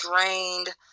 drained